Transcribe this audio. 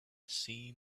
seen